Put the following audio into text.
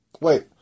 Wait